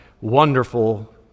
wonderful